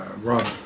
Rob